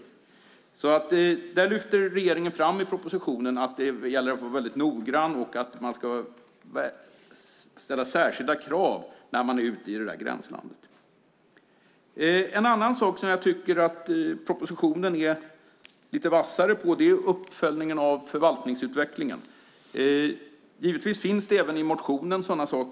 I propositionen lyfter regeringen fram att det gäller att vara väldigt noggrann och att särskilda krav ska ställas när man är ute i gränslandet. En annan fråga där jag tycker att propositionen är lite vassare gäller uppföljningen av förvaltningsutvecklingen. Givetvis finns sådant med även i motionen.